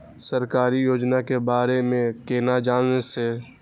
सरकारी योजना के बारे में केना जान से?